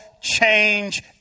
change